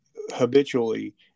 habitually